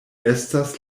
estas